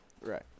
Right